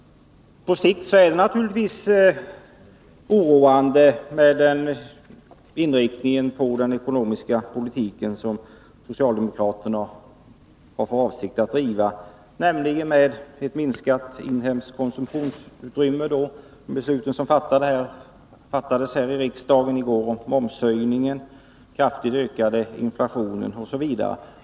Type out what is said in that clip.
På sikt är det självfallet oroande med den inriktning av den ekonomiska politiken som socialdemokraterna förespråkar. Det minskade inhemska konsumtionsutrymmet på grund av mervärdeskattehöjningen är negativt ur sysselsättningssynpunkt.